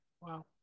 Wow